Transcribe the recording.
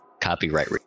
copyright